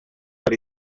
per